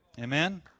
Amen